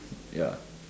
ya